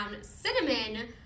cinnamon